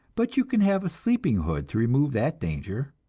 but you can have a sleeping hood to remove that danger.